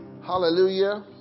hallelujah